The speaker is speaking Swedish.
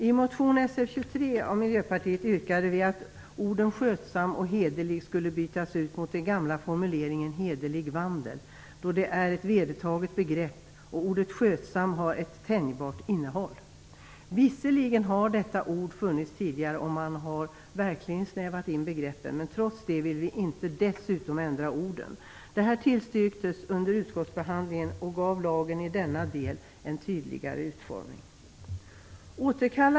I motion Sf23 av Miljöpartiet yrkar vi att orden skötsam och hederlig skulle bytas ut mot den gamla formuleringen hederlig vandel, då det är ett vedertaget begrepp och ordet skötsam har ett tänjbart innehåll. Visserligen har detta ord funnits där tidigare och man har verkligen snävat in begreppen, men trots det vill vi dessutom inte ändra orden. Det här tillstyrktes under utskottsbehandlingen, vilket gav lagen i denna del en tydligare utformning.